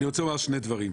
אני רוצה לומר שני דברים.